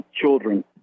children